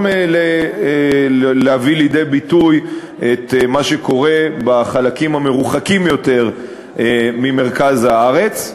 להבאה לידי ביטוי את מה שקורה בחלקים המרוחקים יותר ממרכז הארץ.